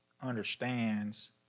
understands